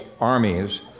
armies